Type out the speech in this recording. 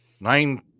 nine